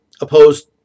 opposed